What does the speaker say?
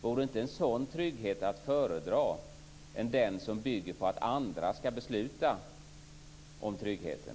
Vore inte en sådan trygghet att föredra jämfört med den som bygger på att andra skall besluta om tryggheten?